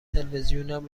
تلویزیونم